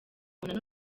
umuntu